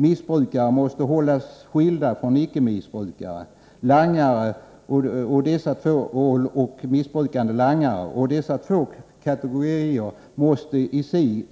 Missbrukare måste hållas skilda från icke missbrukande langare, och dessa två kategorier måste i